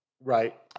right